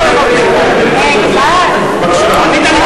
תגובת שר,